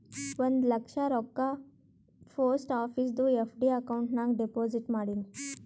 ಒಂದ್ ಲಕ್ಷ ರೊಕ್ಕಾ post ಆಫೀಸ್ದು FD account ನಾಗ್ deposit ಮಾಡಿನ್